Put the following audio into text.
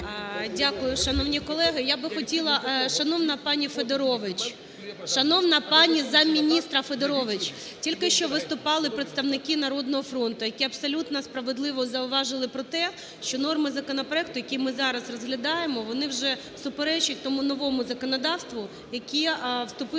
Дякую, шановні колеги. Я би хотіла, шановна пані Федорович! Шановна замміністра Федорович, тільки що виступали представники "Народного фронту", які абсолютно справедливо зауважили про те, що норми законопроекту, який ми зараз розглядаємо, вони вже суперечать тому новому законодавству, яке вступило в сило.